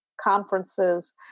conferences